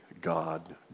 God